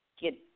get